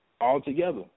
altogether